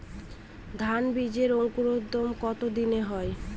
ধান বীজের অঙ্কুরোদগম কত দিনে হয়?